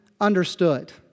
understood